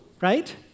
right